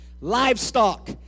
livestock